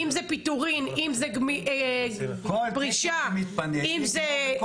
אם זה פיטורים, אם זה פרישה.